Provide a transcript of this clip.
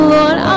Lord